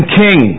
king